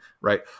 right